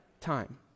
time